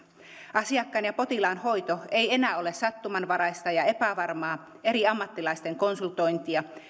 asiakkaan ja potilaan hoito ei enää ole sattumanvaraista ja epävarmaa eri ammattilaisten konsultointia